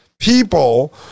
people